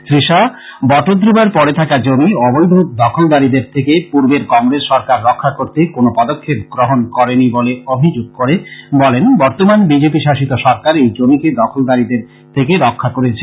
শ্রী শাহ বটদ্রবার পড়ে থাকা জমি অবৈধ দখলকারীদের থেকে পূর্বের কংগ্রেস সরকার রক্ষা করতে কোনো পদক্ষেপ গ্রহন করেনি বলে শ্রী শাহ আভিযোগ করে বলেন বর্তমান বিজেপি শাসিত সরকার এই জমিকে দখলকারীদের থেকে রক্ষা করেছে